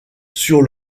sur